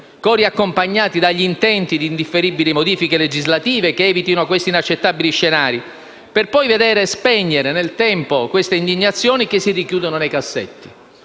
cori accompagnati dagli intenti di indifferibili modifiche legislative che evitino questi inaccettabili scenari, per poi veder spegnere nel tempo queste indignazioni che si richiudono nei cassetti.